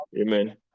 Amen